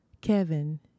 Kevin